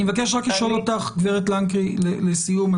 אני רק רוצה לשאול אותך, גב' לנקרי, לסיום.